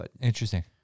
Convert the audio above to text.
Interesting